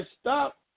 stop